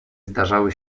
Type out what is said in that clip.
zdarzały